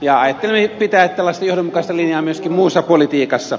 ja ajattelimme pitää tällaista johdonmukaista linjaa myöskin muussa politiikassa